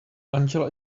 angela